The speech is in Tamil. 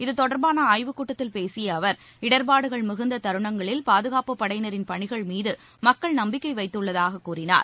இத்தொடர்பான ஆய்வுக்கூட்டத்தில் பேசிய அவர் இடர்பாடுகள் மிகுந்த தருணங்களில் பாதுகாப்பு படையினரின் பணிகள் மீது மக்கள் நம்பிக்கை வைத்துள்ளதாக கூறினார்